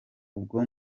ubwo